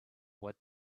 what